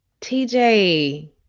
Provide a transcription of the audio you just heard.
TJ